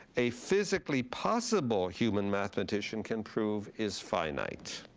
a physically possible human mathematician can prove is finite.